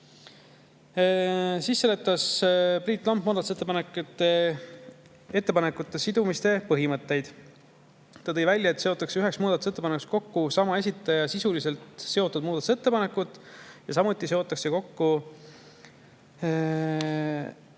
Siis seletas Priit Lomp muudatusettepanekute sidumise põhimõtteid. Ta tõi välja, et üheks muudatusettepanekuks seotakse kokku sama esitaja sisuliselt seotud muudatusettepanekud. Samuti seotakse kokku